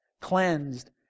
cleansed